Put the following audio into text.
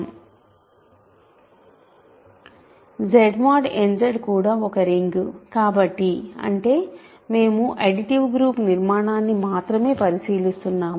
Z mod n Z కూడా ఒక ring కాబట్టి అంటే మేము అడిటివ్ గ్రూప్ నిర్మాణాన్ని మాత్రమే పరిశీలిస్తున్నాము